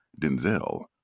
Denzel